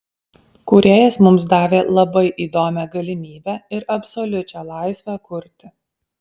kūrėjas mums davė labai įdomią galimybę ir absoliučią laisvę kurti